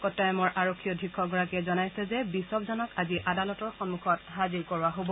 কটায়মৰ আৰক্ষী অধীক্ষকগৰাকীয়ে জনাইছে যে বিছপজনক আজি আদালতৰ সন্মুখত হাজিৰ কৰোৱা হ'ব